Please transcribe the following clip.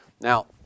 Now